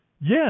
Yes